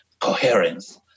coherence